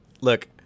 look